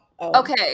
Okay